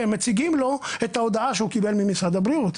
כי הם מציגים לו את ההודעה שהם קיבלו ממשרד הבריאות,